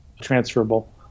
transferable